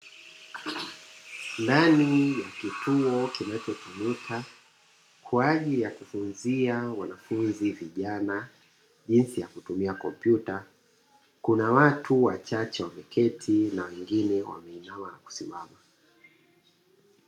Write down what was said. Ndani ya kituo kinachotumika kwaajili ya kufunzia wanafunzi vijana jinsi ya kutumia kompyuta, kuna watu wachache wameketi na wengine wamesimama.